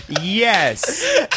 yes